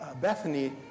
Bethany